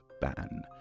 ban